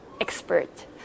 expert